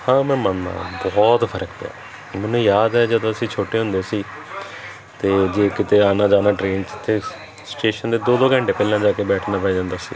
ਹਾਂ ਮੈਂ ਮੰਨਦਾ ਬਹੁਤ ਫ਼ਰਕ ਪਿਆ ਮੈਨੂੰ ਯਾਦ ਹੈ ਜਦੋਂ ਅਸੀਂ ਛੋਟੇ ਹੁੰਦੇ ਸੀ ਅਤੇ ਜੇ ਕਿਤੇ ਆਉਣਾ ਜਾਣਾ ਟਰੇਨ 'ਚ 'ਤੇ ਸਟੇਸ਼ਨ 'ਤੇ ਦੋ ਦੋ ਘੰਟੇ ਪਹਿਲਾਂ ਜਾ ਕੇ ਬੈਠਣਾ ਪੈ ਜਾਂਦਾ ਸੀ